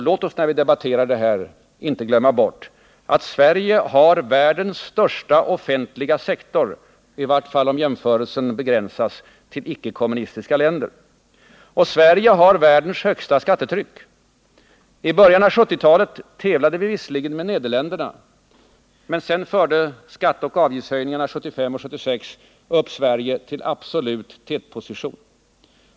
Låt oss inte glömma bort att Sverige har världens största offentliga sektor — i vart fall om jämförelsen begränsas till de icke-kommunistiska länderna. Och Sverige har världens högsta skattetryck. I början av 1970-talet tävlade vi visserligen med Nederländerna, men sedan fördes skatteoch avgiftshöjningarna 1975 och 1976 upp Sverige till absolut tätposition.